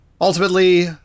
Ultimately